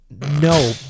no